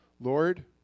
lord